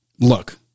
look